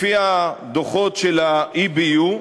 לפי הדוחות של ה-EBU,